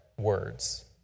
words